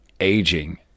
aging